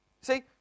See